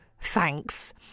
thanks